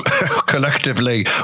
Collectively